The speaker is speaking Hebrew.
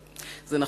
זה נכון.